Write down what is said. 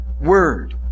word